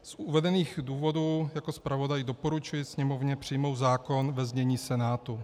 Z uvedených důvodů jako zpravodaj doporučuji Sněmovně přijmout zákon ve znění Senátu.